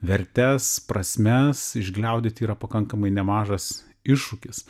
vertes prasmes išgliaudyti yra pakankamai nemažas iššūkis